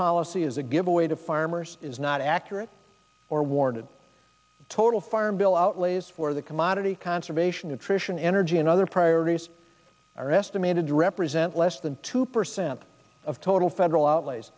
policy is a giveaway to farmers is not accurate or warranted a total farm bill outlays for the commodity conservation nutrition energy and other priorities are estimated to represent less than two percent of total federal outlays